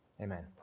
Amen